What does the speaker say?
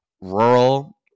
rural